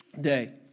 day